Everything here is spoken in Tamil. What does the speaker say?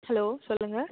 ஹலோ சொல்லுங்கள்